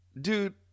Dude